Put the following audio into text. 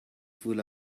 full